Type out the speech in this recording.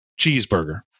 cheeseburger